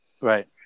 right